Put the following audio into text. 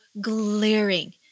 glaring